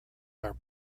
are